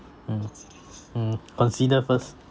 mm mm consider first